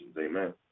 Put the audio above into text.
amen